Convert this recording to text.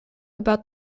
about